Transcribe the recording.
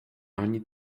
ani